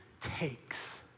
takes